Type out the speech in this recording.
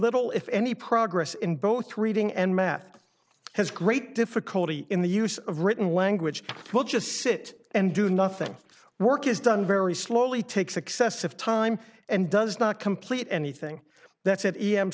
little if any progress in both reading and math has great difficulty in the use of written language will just sit and do nothing work is done very slowly takes excessive time and does not complete anything that's at e m